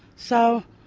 so,